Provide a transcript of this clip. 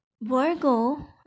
Virgo